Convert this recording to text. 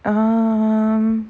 um